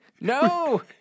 No